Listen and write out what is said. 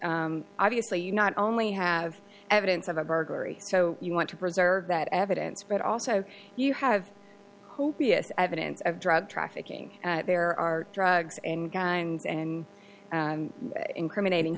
obviously you not only have evidence of a burglary so you want to preserve that evidence but also you have evidence of drug trafficking there are drugs and guns and incriminating